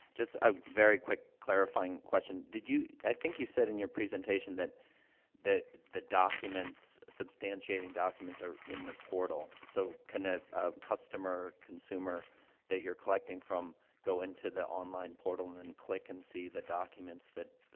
just a very quick, clarifying question. did you i think you said in your presentation that that the documents, substantiating documents, are in the portal. so, can the, ah, customer, consumer that you're collecting from go into the online portal and then click and see the documents that, ah,